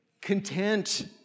content